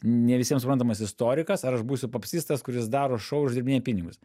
ne visiem suprantamas istorikas ar aš būsiu popsistas kuris daro šou uždirbinėja pinigus